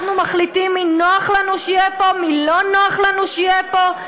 אנחנו מחליטים מי נוח לנו שיהיה פה ומי לא נוח לנו שיהיה פה?